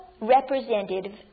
representative